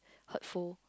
hurtful